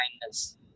kindness